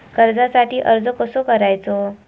कर्जासाठी अर्ज कसो करायचो?